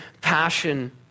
passion